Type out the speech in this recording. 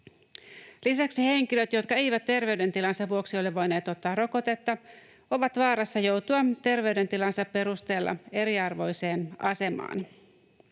Lisäksi henkilöt, jotka eivät terveydentilansa vuoksi ole voineet ottaa rokotetta, ovat vaarassa joutua terveydentilansa perusteella eriarvoiseen asemaan.